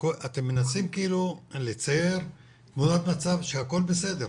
אתם מנסים לצייר תמונת מצב שהכל בסדר.